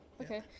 okay